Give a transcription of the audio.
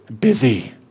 Busy